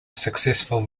successful